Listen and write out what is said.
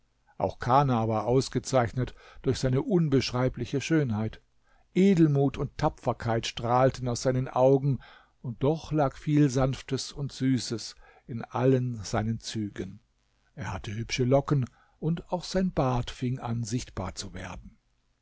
auch kana war ausgezeichnet durch seine unbeschreibliche schönheit edelmut und tapferkeit strahlten aus seinen augen und doch lag viel sanftes und süßes in allen seinen zügen er hatte hübsche locken und auch sein bart fing an sichtbar zu werden